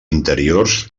interiors